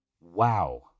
Wow